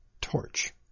torch